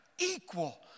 equal